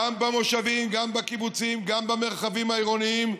גם במושבים, גם בקיבוצים, גם במרחבים העירוניים,